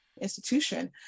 institution